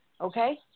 okay